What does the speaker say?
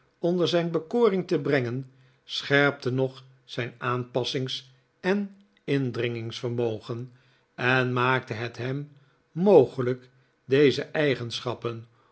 onder zijn bekoring te brengen scherpte nog zijn aanpassings en indririgingsvermogen en maakte het hem mogelijk deze eigenschappen